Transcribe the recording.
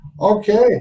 Okay